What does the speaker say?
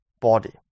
body